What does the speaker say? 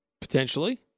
Potentially